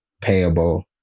payable